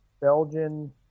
Belgian